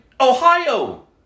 Ohio